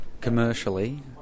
Commercially